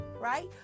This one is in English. right